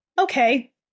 okay